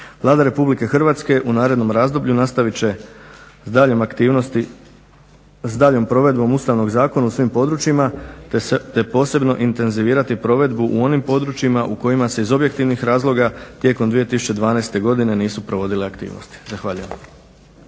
Vlada Republike Hrvatske u narednom razdoblju nastavit će s daljnjom provedbom Ustavnog zakona u svim područjima te posebno intenzivirati provedbu u onim područjima u kojima se iz objektivnih razloga tijekom 2012. godine nisu provodile aktivnosti. Zahvaljujem.